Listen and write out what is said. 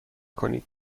کنید